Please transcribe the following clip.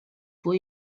for